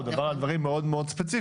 מדובר על דברים מאוד ספציפיים.